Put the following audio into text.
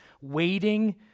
waiting